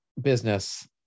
business